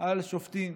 על השופטים,